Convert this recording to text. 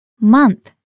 Month